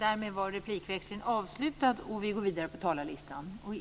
Fru talman!